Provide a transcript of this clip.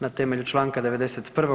Na temelju čl. 91.